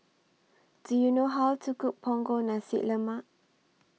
Do YOU know How to Cook Punggol Nasi Lemak